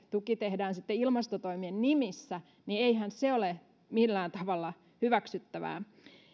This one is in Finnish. tuki tehdään sitten ilmastotoimien nimissä niin eihän se ole millään tavalla hyväksyttävää